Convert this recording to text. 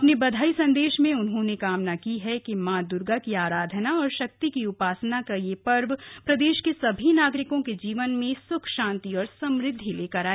अपने बधाई संदेश में उन्होंने कामना की है कि मां द्र्गा की आराधना और शक्ति की उपासना का यह पर्व प्रदेश के सभी नागरिकों के जीवन में सुख शांति और समृद्धि लेकर आए